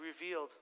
revealed